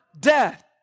death